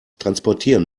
transportieren